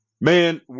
Man